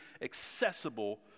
accessible